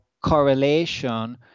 correlation